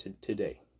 today